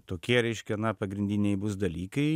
tokie reiškia na pagrindiniai bus dalykai